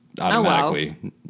automatically